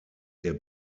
der